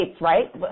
Right